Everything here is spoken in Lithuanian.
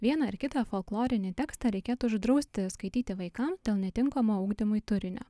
vieną ar kitą folklorinį tekstą reikėtų uždrausti skaityti vaikam dėl netinkamo ugdymui turinio